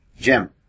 Jim